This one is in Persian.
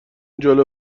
جلو